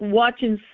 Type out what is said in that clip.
watching